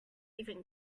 even